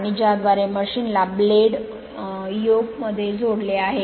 आणि ज्याद्वारे मशीन ला बेड प्लेट योक मध्ये जोडले आहे